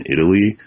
Italy